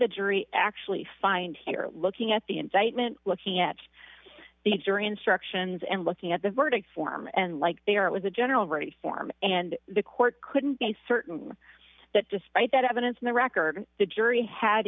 the jury actually find here looking at the indictment looking at the jury instructions and looking at the verdict form and like they are it was a general ready form and the court couldn't be certain that despite that evidence in the record the jury had